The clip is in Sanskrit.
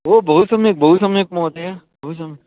ओ बहु सम्यक् बहु सम्यक् महोदय बहु सम्